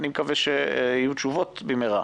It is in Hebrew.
אני מבקש שיהיו תשובות במהרה.